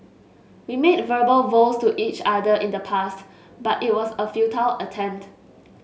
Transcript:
we made verbal vows to each other in the past but it was a futile attempt